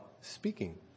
speaking